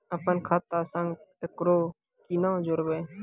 अपन खाता संग ककरो कूना जोडवै?